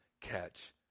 catch